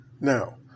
Now